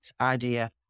idea